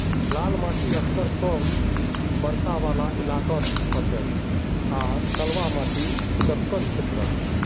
लाल माटी अक्सर कम बरसा वाला इलाकात हछेक आर कलवा माटी दक्कण क्षेत्रत